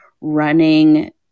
running